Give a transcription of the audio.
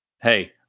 Hey